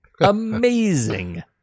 amazing